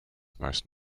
most